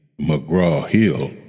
McGraw-Hill